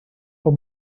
for